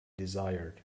desired